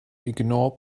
ignore